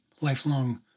lifelong